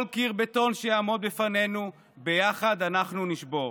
כל קיר בטון שיעמוד בפנינו, ביחד אנחנו נשבור.